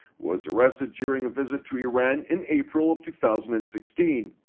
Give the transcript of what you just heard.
was arrested during a visit to iran in april of two thousand and sixteen.